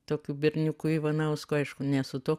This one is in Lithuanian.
tokiu berniuku ivanausku aišku ne su tuo